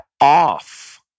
off